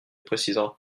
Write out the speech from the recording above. précisera